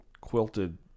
quilted